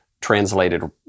Translated